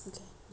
okay